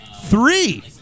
Three